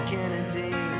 Kennedy